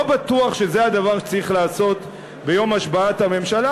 לא בטוח שזה הדבר שצריך לעשות ביום השבעת הממשלה,